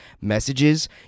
messages